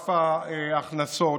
של ההכנסות.